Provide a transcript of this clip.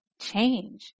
change